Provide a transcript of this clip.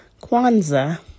Kwanzaa